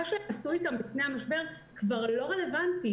מה שהם עשו איתם לפני המשבר כבר לא רלוונטי.